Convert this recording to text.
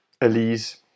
Elise